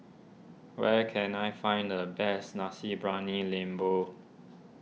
where can I find the best Nasi Briyani Lembu